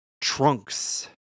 trunks